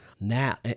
Now